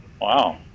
Wow